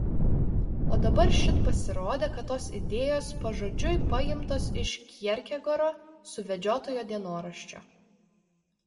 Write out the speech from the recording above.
o dabar šit pasirodė kad tos idėjos pažodžiui paimtos iš kjerkegoro suvedžiotojo dienoraščio